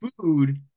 food